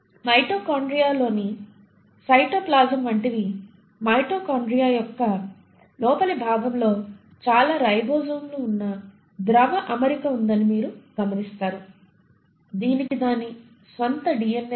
మైటోకాండ్రియాలోని cytoplasm వంటివి mitochondria యొక్క లోపలి భాగంలో చాలా రైబోజోమ్లు ఉన్న ద్రవ అమరిక ఉందని మీరు గమనిస్తారు దీనికి దాని స్వంత డిఎన్ఎ ఉంది